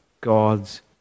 God's